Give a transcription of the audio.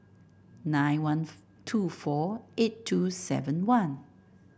nine one two four eight two seven one